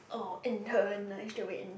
oh intern like used to wait in